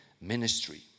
ministry